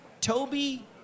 Toby